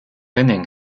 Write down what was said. inning